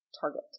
target